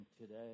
today